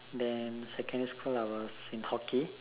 then secondary school I was in hockey